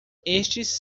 estes